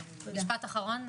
בבקשה.